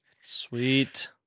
Sweet